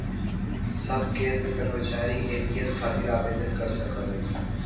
सब केंद्र कर्मचारी एन.पी.एस खातिर आवेदन कर सकलन